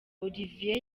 olivier